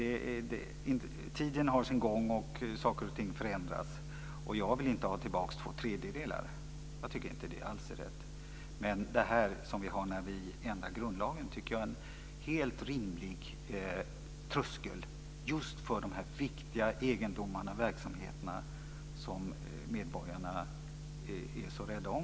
Tiden har sin gång och saker och ting förändras, och jag vill inte ha tillbaka regeln om två tredjedelars majoritet. Jag tycker inte alls att det är rätt. Men när vi ändrar i grundlagen tycker jag att det är en helt rimlig tröskel just för de viktiga egendomarna och verksamheterna som medborgarna är så rädda om.